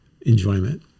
enjoyment